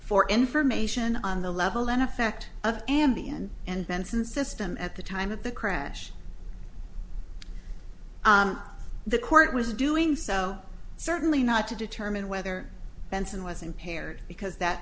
for information on the level and effect of ambien and benson system at the time of the crash the court was doing so certainly not to determine whether benson was impaired because that